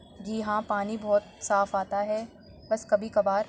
جی ہاں پانی بہت صاف آتا ہے بس کبھی کبھار